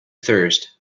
thirst